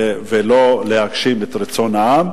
שלא ינסו להתחכם ולא להגשים את רצון העם.